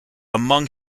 among